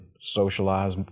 socialize